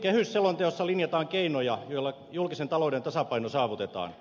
kehysselonteossa linjataan keinoja joilla julkisen talouden tasapaino saavutetaan